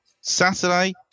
Saturday